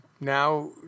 Now